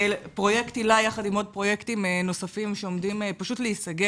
פרויקט היל"ה יחד עם עוד פרויקטים נוספים שעומדים פשוט להיסגר,